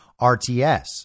RTS